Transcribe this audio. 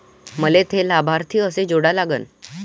मले थे लाभार्थी कसे जोडा लागन?